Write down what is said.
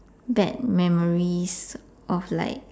bad memories of like